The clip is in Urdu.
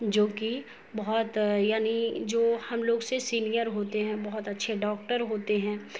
جو کہ بہت یعنی جو ہم لوگ سے سینئر ہوتے ہیں بہت اچھے ڈاکٹر ہوتے ہیں